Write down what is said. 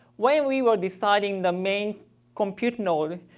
when we were deciding the main compute node,